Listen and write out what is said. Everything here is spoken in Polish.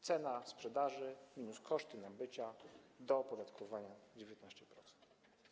Cena sprzedaży minus koszty nabycia - do opodatkowania 19%.